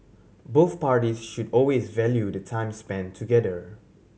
both parties should always value the time spent together